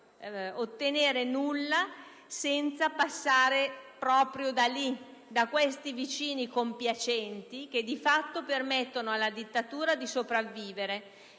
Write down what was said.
ottenere nulla senza passare proprio da lì, da questi vicini compiacenti, che di fatto permettono alla dittatura di sopravvivere